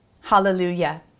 Hallelujah